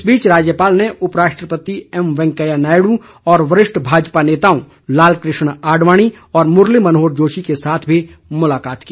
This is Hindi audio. इस बीच राज्यपाल ने उपराष्ट्रपति एम वैंकेया नायडू और वरिष्ठ भाजपा नेताओं लाल कृष्ण आडवाणी व मुरली मनोहर जोशी के साथ भी मुलाकात की